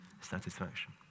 satisfaction